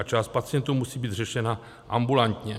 Část pacientů musí být řešena ambulantně.